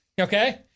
Okay